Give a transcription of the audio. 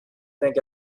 think